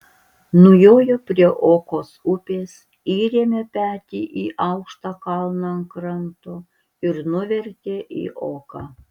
nujojo prie okos upės įrėmė petį į aukštą kalną ant kranto ir nuvertė į oką